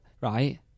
right